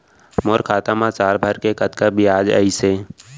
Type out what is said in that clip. मोर खाता मा साल भर के कतका बियाज अइसे?